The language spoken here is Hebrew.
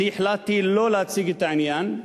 אני החלטתי שלא להציג את העניין,